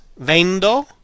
VENDO